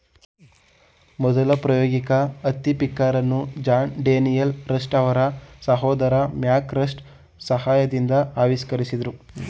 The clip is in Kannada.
ಮೊದಲ ಪ್ರಾಯೋಗಿಕ ಹತ್ತಿ ಪಿಕ್ಕರನ್ನು ಜಾನ್ ಡೇನಿಯಲ್ ರಸ್ಟ್ ಅವರ ಸಹೋದರ ಮ್ಯಾಕ್ ರಸ್ಟ್ ಸಹಾಯದಿಂದ ಆವಿಷ್ಕರಿಸಿದ್ರು